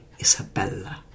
Isabella